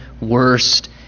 worst